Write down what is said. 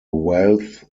wealth